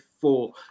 four